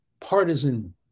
partisan